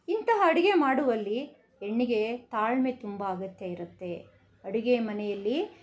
ಇಂತಹ ಅಡುಗೆ ಮಾಡುವಲ್ಲಿ ಹೆಣ್ಣಿಗೆ ತಾಳ್ಮೆ ತುಂಬ ಅಗತ್ಯ ಇರುತ್ತೆ ಅಡುಗೆ ಮನೆಯಲ್ಲಿ